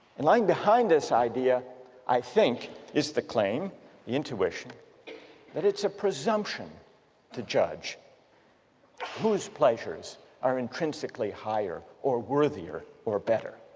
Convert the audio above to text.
and lying behind this idea i think is the claim the intuition that it's a presumption to judge whose pleasures are intrinsically higher or worthier or better